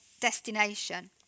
destination